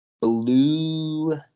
blue